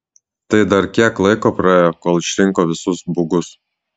tai dar kiek laiko praėjo kol išrinko visus bugus